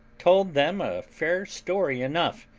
told them a fair story enough,